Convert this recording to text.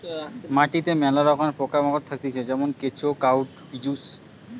মাটিতে মেলা রকমের পোকা মাকড় থাকতিছে যেমন কেঁচো, কাটুই পোকা